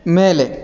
ಮೇಲೆ